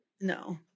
No